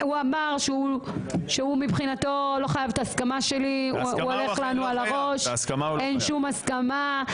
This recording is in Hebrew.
לא היה על שום הרכב,